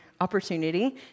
opportunity